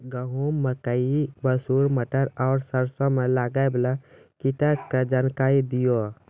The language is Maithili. गेहूँ, मकई, मसूर, मटर आर सरसों मे लागै वाला कीटक जानकरी दियो?